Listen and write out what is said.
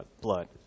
blood